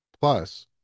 Plus